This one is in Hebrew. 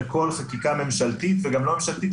לכל חקיקה ממשלתית וגם לא ממשלתית,